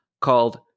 called